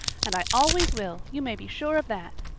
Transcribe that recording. and i always will, you may be sure of that.